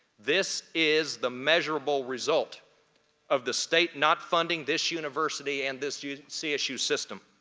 this is the measurable result of the state not funding this university and this you know csu system.